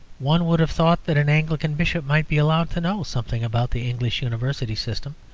one would have thought that an anglican bishop might be allowed to know something about the english university system,